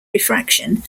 refraction